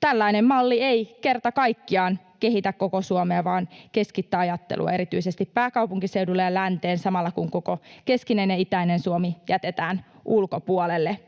Tällainen malli ei kerta kaikkiaan kehitä koko Suomea vaan keskittää ajattelua erityisesti pääkaupunkiseudulle ja länteen samalla, kun koko keskinen ja itäinen Suomi jätetään ulkopuolelle.